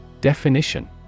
Definition